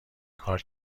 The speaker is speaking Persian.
کار